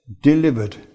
delivered